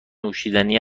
نوشیدنی